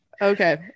Okay